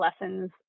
lessons